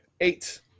Eight